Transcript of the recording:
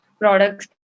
products